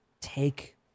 take